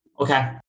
Okay